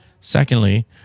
Secondly